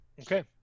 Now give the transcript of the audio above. Okay